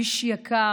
איש יקר,